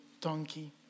donkey